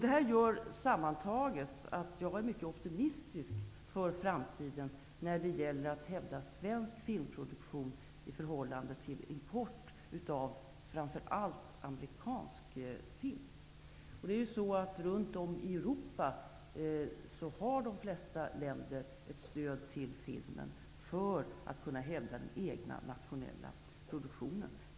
Sammantaget gör allt detta att jag är mycket optimistisk inför framtiden när det gäller att hävda svensk filmproduktion i förhållande till import av framför allt amerikansk film. De flesta länder i Europa har ett filmstöd för att kunna hävda den nationella produktionen.